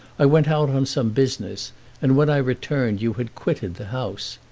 i went out on some business and when i returned you had quitted the house.